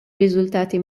riżultati